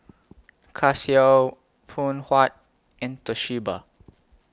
Casio Phoon Huat and Toshiba